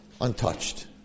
untouched